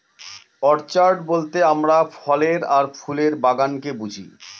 orchard বলতে আমরা ফলের আর ফুলের বাগানকে বুঝি